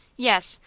yes,